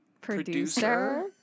producer